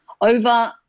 over